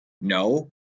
No